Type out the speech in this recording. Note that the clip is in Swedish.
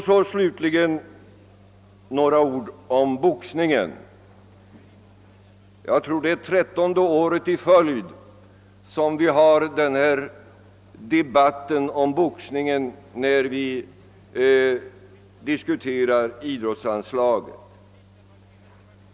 Slutligen några ord om boxningen — jag tror att det är trettonde året i följd som vi har debatt om boxningen i samband med att vi diskuterar idrottsanslaget.